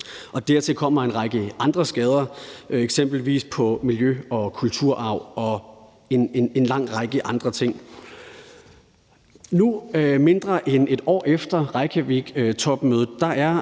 Dertil kommer en række andre skader, eksempelvis på miljø, kulturarv og en lang række andre ting. Nu, mindre end et år efter Reykjaviktopmødet,